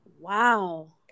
Wow